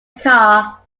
car